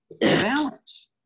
balance